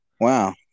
Wow